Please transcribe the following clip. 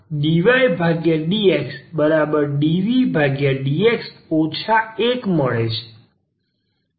આથી આપણને આ dydxdvdx 1મળે છે